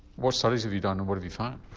what studies have you done and what have you found?